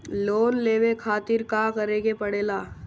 Loan लेवे के खातिर का करे के पड़ेला?